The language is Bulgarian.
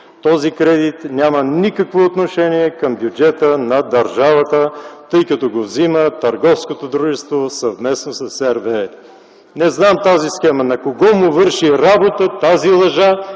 Този кредит няма никакво отношение към бюджета на държавата, тъй като го взема търговското дружество съвместно с RWE. Не знам тази схема на кого му върши работа – тази лъжа,